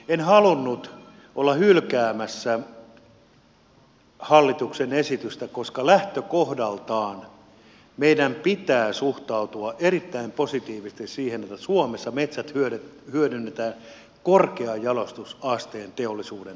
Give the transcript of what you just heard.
en halunnut olla hylkäämässä hallituksen esitystä koska lähtökohdaltaan meidän pitää suhtautua erittäin positiivisesti siihen että suomessa metsät hyödynnetään korkean jalostusasteen teollisuuden toimesta